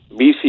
BC